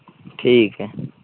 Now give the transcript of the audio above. ठीक ऐ